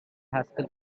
haskell